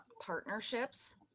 partnerships